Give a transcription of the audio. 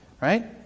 Right